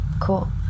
cool